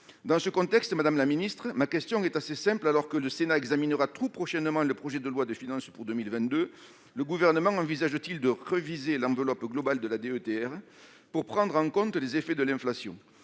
Dans ce contexte, madame la ministre, ma question est assez simple : alors que le Sénat examinera tout prochainement le projet de loi de finances pour 2022, le Gouvernement envisage-t-il de réviser l'enveloppe globale de la DETR pour prendre en compte les effets de l'inflation ?